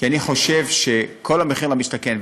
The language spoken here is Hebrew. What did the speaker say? כי אני חושב שכל המחיר למשתכן,